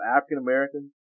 African-Americans